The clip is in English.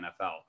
NFL